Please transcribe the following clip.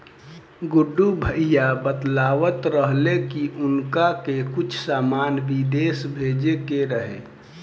गुड्डू भैया बतलावत रहले की उनका के कुछ सामान बिदेश भेजे के रहे